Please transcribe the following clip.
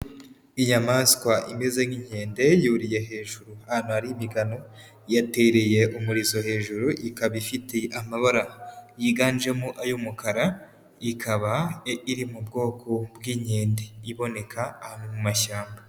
Inyamaswa imeze nk'inkende, yuriye hejuru ahantu hari imigano, yatereye umurizo hejuru ikaba ifite amabara yiganjemo ay'umukara, ikaba iri mu bwoko bw'inkende iboneka ahantu mu mashyamba.